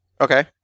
Okay